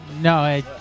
No